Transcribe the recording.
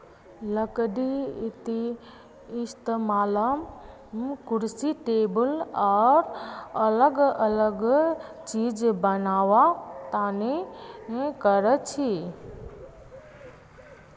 लकडीर इस्तेमाल कुर्सी टेबुल आर अलग अलग चिज बनावा तने करछी